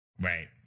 Right